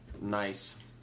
nice